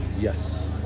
Yes